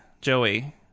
Joey